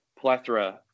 plethora